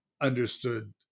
understood